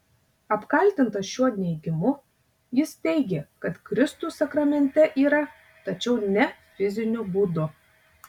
apkaltintas šiuo neigimu jis teigė kad kristus sakramente yra tačiau ne fiziniu būdu